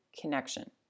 connection